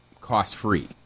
cost-free